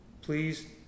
Please